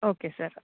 okay sir